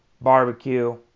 Barbecue